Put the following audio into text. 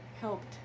helped